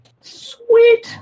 Sweet